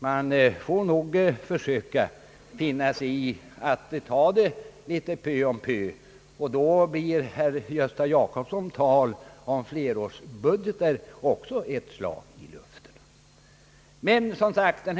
Man får försöka finna sig i att ta det litet peu å peu, och då blir herr Jacbossons tal om flerårsbudget också ett slag i luften.